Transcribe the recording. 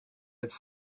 its